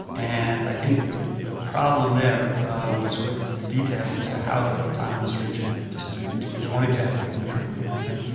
and i think the problem there was with the details as to how that autonomous region, just to to use one example from the tripoli agreement,